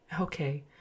Okay